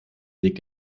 legt